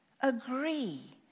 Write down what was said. agree